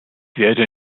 werde